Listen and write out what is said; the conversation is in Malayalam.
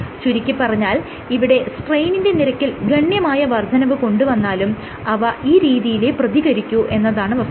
ചുരുക്കിപ്പറഞ്ഞാൽ ഇവിടെ സ്ട്രെയ്നിന്റെ നിരക്കിൽ ഗണ്യമായ വർദ്ധനവ് കൊണ്ടുവന്നാലും അവ ഈ രീതിയിലെ പ്രതികരിക്കൂ എന്നതാണ് വസ്തുത